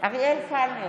אריאל קלנר,